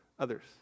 Others